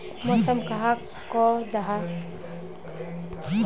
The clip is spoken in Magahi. मौसम कहाक को जाहा?